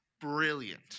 brilliant